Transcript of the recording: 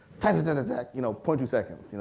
kind of dah, and dah, you know point two seconds,